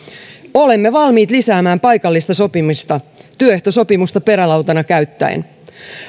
olemme valmiit lisäämään paikallista sopimista työehtosopimusta perälautana käyttäen